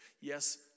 Yes